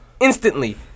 Instantly